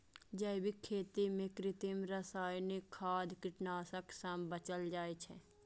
जैविक खेती मे कृत्रिम, रासायनिक खाद, कीटनाशक सं बचल जाइ छै